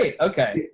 Okay